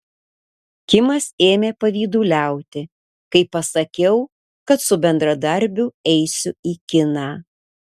kimas ėmė pavyduliauti kai pasakiau kad su bendradarbiu eisiu į kiną